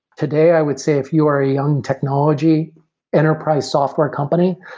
today i would say if you are a young technology enterprise software company,